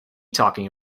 talking